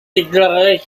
déclarait